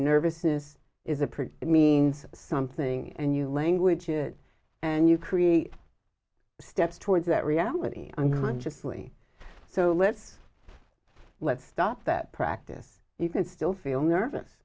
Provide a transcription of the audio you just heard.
nervousness is approved it means something and you language it and you create a step towards that reality unconsciously so let's let's stop that practice you can still feel nervous